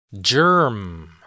Germ